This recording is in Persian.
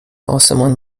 آسمان